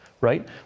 right